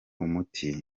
umuti